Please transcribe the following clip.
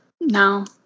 no